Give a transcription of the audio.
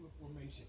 formation